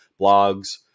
blogs